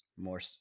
more